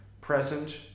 present